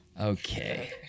okay